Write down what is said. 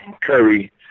Curry